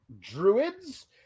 Druids